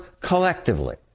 collectively